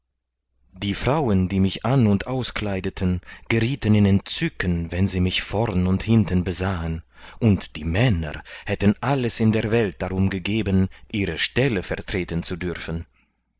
die frauen die mich an und auskleideten geriethen in entzücken wenn sie mich vorn und hinten besahen und die männer hätten alles in der welt darum gegeben ihre stelle vertreten zu dürfen